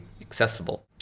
accessible